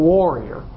warrior